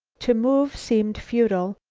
to move seemed futile,